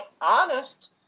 honest